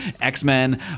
X-Men